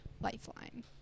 Lifeline